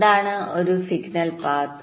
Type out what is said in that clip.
എന്താണ് ഒരു signal path